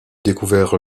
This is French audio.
découvert